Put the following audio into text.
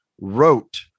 wrote